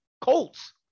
Colts